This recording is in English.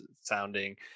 sounding